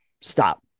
Stop